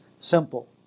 simple